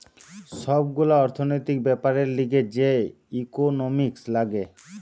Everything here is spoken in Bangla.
সব গুলা অর্থনৈতিক বেপারের লিগে যে ইকোনোমিক্স লাগে